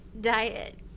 diet